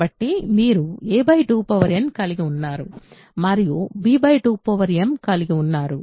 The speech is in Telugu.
కాబట్టి మీరు a 2n కలిగి వున్నారు మరియు b 2m కలిగి వున్నారు